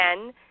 again